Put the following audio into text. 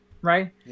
right